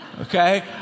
okay